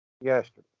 yesterday